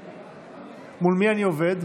מול מי אני עובד?